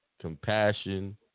compassion